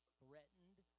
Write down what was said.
threatened